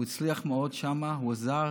הוא הצליח מאוד שם, הוא עזר